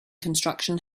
construction